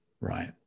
right